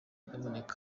aboneka